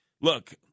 look